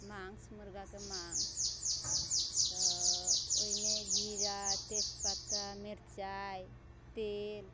माँस मुर्गाके माँस तऽ ओइमे जीरा तेजपत्ता मिरचाइ तेल